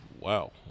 wow